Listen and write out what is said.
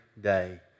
day